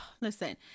listen